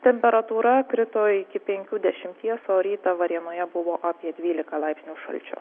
temperatūra krito iki penkių dešimties o rytą varėnoje buvo apie dvylika laipsnių šalčio